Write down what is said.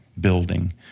building